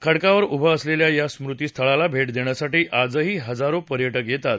खडकावर उभं असलेल्या या स्मृती स्थळाला भेट देण्यासाठी आजही हजारो पर्यटक येतात